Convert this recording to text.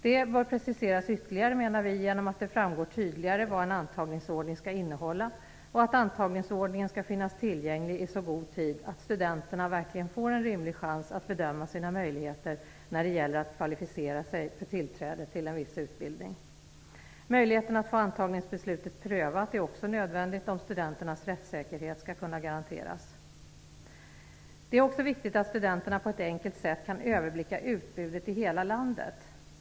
Det bör preciseras ytterligare genom att det framgår tydligare vad en antagningsordning skall innehålla och att antagningsordningen skall finnas tillgänglig i så god till att studenterna verkligen får en rimlig chans att bedöma sina möjligheter när det gäller att kvalificera sig för tillträde till en viss utbildning. Möjligheten att få antagningsbeslutet prövat är också nödvändigt om studenternas rättssäkerhet skall kunna garanteras. Det är också viktigt att studenterna på ett enkelt sätt kan överblicka utbudet i hela landet.